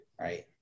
right